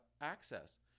access